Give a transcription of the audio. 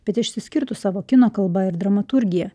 bet išsiskirtų savo kino kalba ir dramaturgija